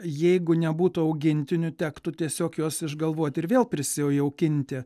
jeigu nebūtų augintinių tektų tiesiog juos išgalvoti ir vėl prisijaukinti